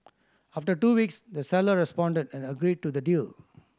after two weeks the seller responded and agreed to the deal